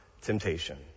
temptation